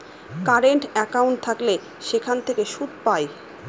current account থাকলে সেখান থেকে সুদ পায়